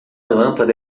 lâmpada